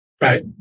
Right